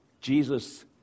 Jesus